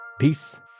Peace